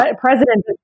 President